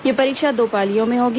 यह परीक्षा दो पालियों में होगी